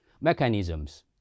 mechanisms